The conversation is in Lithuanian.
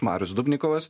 marius dubnikovas